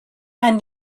and